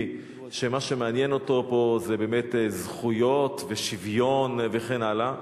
שמה שמעניין אותו פה זה באמת זכויות ושוויון וכן הלאה,